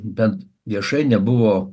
bent viešai nebuvo